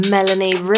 Melanie